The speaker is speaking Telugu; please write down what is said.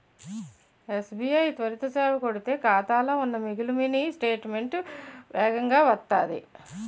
ఎస్.బి.ఐ త్వరిత సేవ కొడితే ఖాతాలో ఉన్న మిగులు మినీ స్టేట్మెంటు వేగంగా వత్తాది